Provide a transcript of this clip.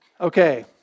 Okay